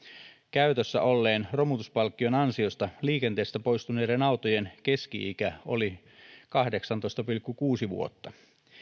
käytössä olleen romutuspalkkion ansiosta liikenteestä poistuneiden autojen keski ikä oli kahdeksantoista pilkku kuusi vuotta